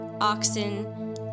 oxen